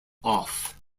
off